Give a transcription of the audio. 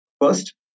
First